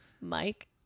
Mike